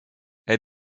elle